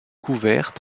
couverts